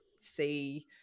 see